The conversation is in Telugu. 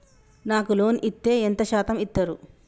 నాకు లోన్ ఇత్తే ఎంత శాతం ఇత్తరు?